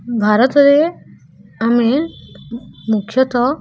ଭାରତରେ ଆମେ ମୁଖ୍ୟତଃ